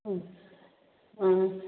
ꯑꯥ